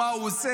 מה הוא עושה,